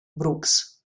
brooks